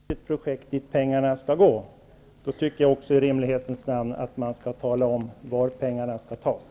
Herr talman! Om man skall märka ut till vilka projekt pengarna skall gå, skall man i rimlighetens namn tala om varifrån pengarna skall tas.